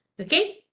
Okay